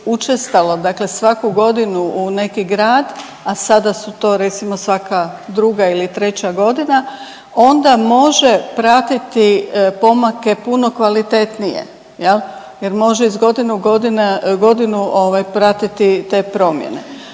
dakle svaku godinu u neki grad, a sada su to recimo svaka druga ili treća godina, onda može pratiti pomake puno kvalitetnije jer može iz godine u godinu pratiti te promjene.